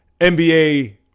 NBA